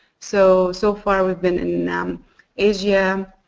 so so far we've been in um asia,